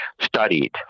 studied